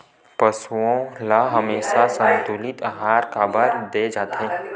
पशुओं ल हमेशा संतुलित आहार काबर दे जाथे?